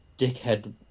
dickhead